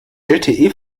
lte